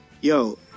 Yo